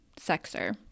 sexer